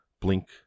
blink